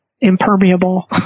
impermeable